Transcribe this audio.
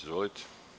Izvolite.